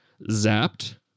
zapped